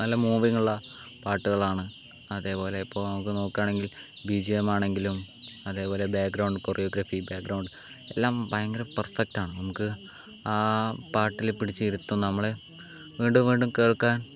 നല്ല മൂവിങ്ങ് ഉള്ള പാട്ടുകളാണ് അതുപോലെ ഇപ്പോൾ നമുക്ക് നോക്കുകയാണെങ്കിൽ ബി ജി എം ആണെങ്കിലും അതുപോലെ ബാക്ക്ഗ്രൗണ്ട് കൊറിയോഗ്രാഫി ബാക്ക്ഗ്രൗണ്ട് എല്ലാം ഭയങ്കര പെർഫെക്റ്റാണ് നമുക്ക് ആ പാട്ടിൽ പിടിച്ച് ഇരുത്തും നമ്മളെ വീണ്ടും വീണ്ടും കേൾക്കാൻ